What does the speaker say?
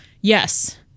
Yes